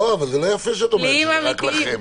זה לא רק לכם, זה לא יפה שאת אומרת שזה רק לכם.